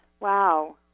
wow